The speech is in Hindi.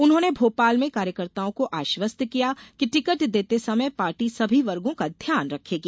उन्होंने भोपाल में कार्यकर्ताओं को आश्वस्त किया कि टिकट देते समय पार्टी सभी वर्गों का ध्यान रखेगी